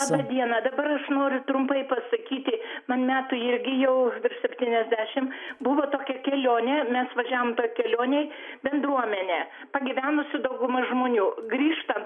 labą dieną dabar nori trumpai pasakyti man metai irgi jau septyniasdešimt buvo tokia kelionė mes važiavom toj kelionėj bendruomenė pagyvenusi dauguma žmonių grįžtant